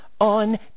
on